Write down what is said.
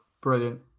Brilliant